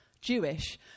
Jewish